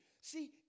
See